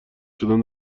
شدن